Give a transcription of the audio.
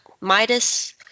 Midas